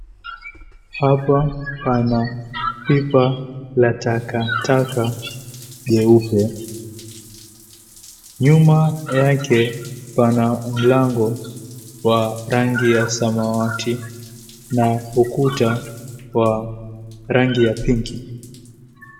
Hapa pana pipa la takataka jeupe. Nyuma yake pana mlango wa rangi ya samawati na ukuta wa rangi ya pinki.